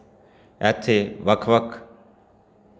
ਇੱਥੇ ਵੱਖ ਵੱਖ